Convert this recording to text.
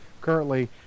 Currently